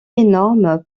énorme